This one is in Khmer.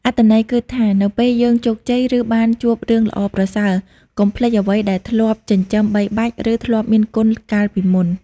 អត្ថន័យគឺថា នៅពេលយើងជោគជ័យ ឬបានជួបរឿងល្អប្រសើរ កុំភ្លេចអ្វីដែលធ្លាប់ចិញ្ចឹមបីបាច់ ឬធ្លាប់មានគុណកាលពីមុន។